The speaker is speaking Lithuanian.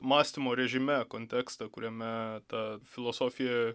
mąstymo režime kontekste kuriame ta filosofija